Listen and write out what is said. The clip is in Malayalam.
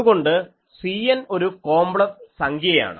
അതുകൊണ്ട് Cn ഒരു കോംപ്ലക്സ് സംഖ്യയാണ്